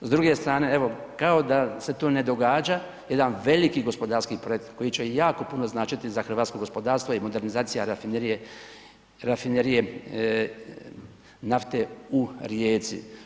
S druge strane evo kao da se to ne događa jedan veliki gospodarski projekt koji će jako puno značiti za hrvatsko gospodarstvo i modernizacija rafinerije nafte u Rijeci.